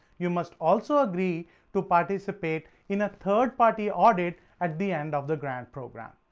you must also agree to participate in a third-party audit at the end of the grant program.